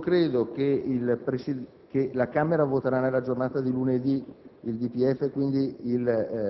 Credo che la Camera voterà nella giornata di lunedì il DPEF, quindi